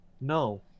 no